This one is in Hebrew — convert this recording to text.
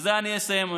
בזה אני אסיים,